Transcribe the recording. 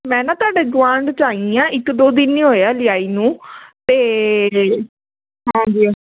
ਮੈਂ ਨਾ ਤੁਹਾਡੇ ਗੁਆਂਡ 'ਚ ਆਈ ਆ ਇੱਕ ਦੋ ਦਿਨ ਹੀ ਹੋਏ ਹਲੇ ਆਈ ਨੂੰ ਅਤੇ ਹਾਂਜੀ